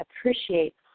appreciate